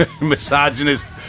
misogynist